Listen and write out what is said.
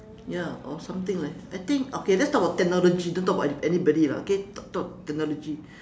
ya or something like I think okay let's talk about technology don't talk about any anybody lah okay talk talk technology